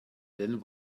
then